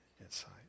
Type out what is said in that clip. inside